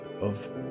Of